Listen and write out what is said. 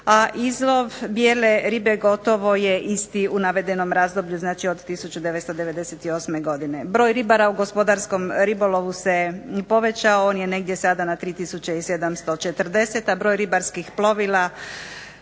a izlov bijele ribe gotovo je isti u navedenom razdoblju od 1998. godine. Broj ribara u gospodarskom ribolovu se povećao on je negdje sada na tri tisuće 740, a broj ribarskih plovila